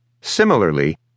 Similarly